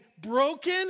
broken